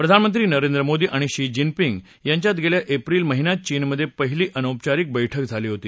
प्रधानमंत्री नरेंद्र मोदी आणि Xi Jinping यांच्यात गेल्या एप्रिल महिन्यात चीनमधे पहिली अनौपचारिक बैठक झाली होती